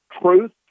truth